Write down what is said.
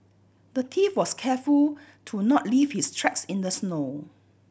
the thief was careful to not leave his tracks in the snow